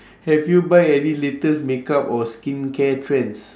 have you buy any latest makeup or skincare trends